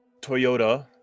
Toyota